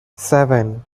seven